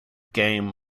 game